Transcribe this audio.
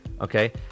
okay